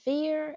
Fear